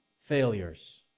Failures